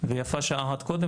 ויפה שעה אחת קודם,